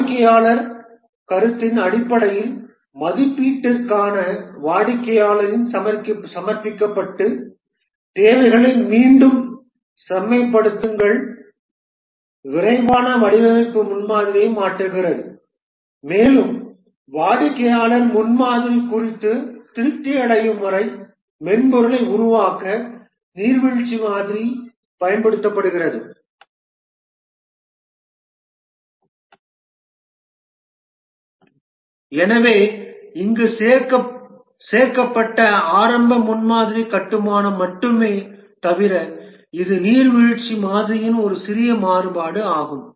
வாடிக்கையாளர் கருத்தின் அடிப்படையில் மதிப்பீட்டிற்காக வாடிக்கையாளரிடம் சமர்ப்பிக்கப்பட்டு தேவைகளை மீண்டும் செம்மைப்படுத்துங்கள் விரைவான வடிவமைப்பு முன்மாதிரியை மாற்றுகிறது மேலும் வாடிக்கையாளர் முன்மாதிரி குறித்து திருப்தி அடையும் வரை மென்பொருளை உருவாக்க நீர்வீழ்ச்சி மாதிரி பயன்படுத்தப்படுகிறது எனவே இங்கு சேர்க்கப்பட்ட ஆரம்ப முன்மாதிரி கட்டுமானம் மட்டுமே தவிர இது நீர்வீழ்ச்சி மாதிரியின் ஒரு சிறிய மாறுபாடு ஆகும்